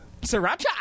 Sriracha